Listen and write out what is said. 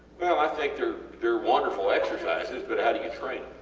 well i think theyre theyre wonderful exercises but how do you train